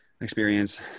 experience